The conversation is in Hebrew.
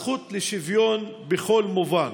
הזכות לשוויון בכל מובן,